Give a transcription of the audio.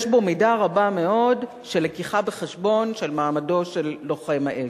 יש בו מידה רבה מאוד של הבאה בחשבון של מעמדו של לוחם האש,